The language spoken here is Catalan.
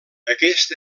aquest